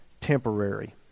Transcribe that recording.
temporary